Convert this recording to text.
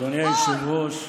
אדוני היושב-ראש,